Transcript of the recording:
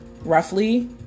roughly